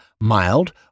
mild